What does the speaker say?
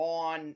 on